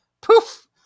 Poof